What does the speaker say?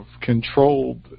controlled